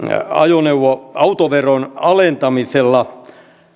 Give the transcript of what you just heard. autoveron alentamisella